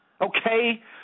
Okay